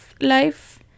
Life